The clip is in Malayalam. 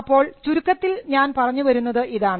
അപ്പോൾ ചുരുക്കത്തിൽ ഞാൻ പറഞ്ഞു വരുന്നത് ഇതാണ്